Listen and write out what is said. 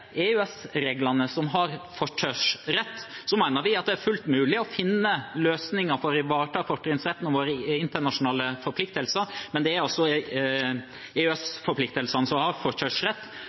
som har forkjørsrett. Så mener vi at det er fullt mulig å finne løsninger for å ivareta fortrinnsretten i våre internasjonale forpliktelser, men det er altså EØS-forpliktelsene som har